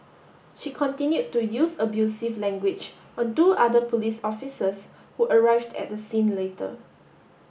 she continued to use abusive language on two other police officers who arrived at the scene later